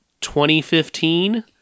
2015